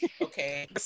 okay